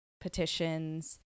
petitions